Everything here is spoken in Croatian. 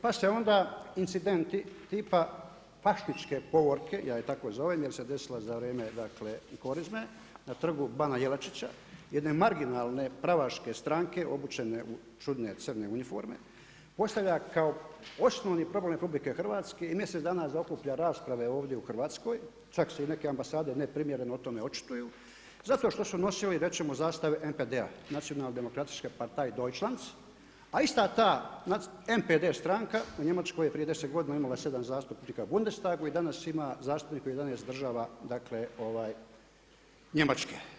Pa se onda incidenti tipa fašističke povorke, ja je tako zovem jer se desila za vrijeme korizme, na Trgu bana Jelačića, jedne marginalne pravaške stranke obučene u čudne crne uniforme, postavlja kao osnovni problem RH i mjesec dana zaokuplja rasprave ovdje u Hrvatskoj, čak su neke ambasade, ne primjereno o tome očituju, zato što su nosili reći ćemo zastave NPD-a, Nacionalne demokratične … /Govornik govori njemački./… a ista ta NPD stranka u Njemačkoj je prije 10 godina, 7 zastupnika u Bundestagu i danas ima zastupnike u 11 država Njemačke.